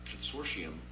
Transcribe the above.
consortium